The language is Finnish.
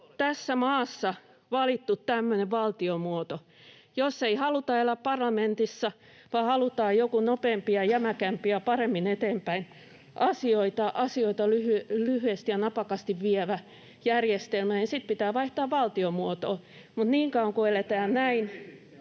tässä maassa valittu tämmöinen valtiomuoto. Jos ei haluta elää parlamentissa vaan halutaan joku nopeampi ja jämäkämpi ja asioita paremmin lyhyesti ja napakasti eteenpäin vievä järjestelmä, niin sitten pitää vaihtaa valtiomuotoa, [Ben Zyskowicz: Sitähän